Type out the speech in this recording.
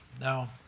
Now